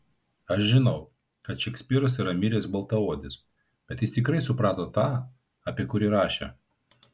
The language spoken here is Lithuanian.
aš žinau kad šekspyras yra miręs baltaodis bet jis tikrai suprato tą apie kurį rašė